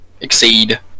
exceed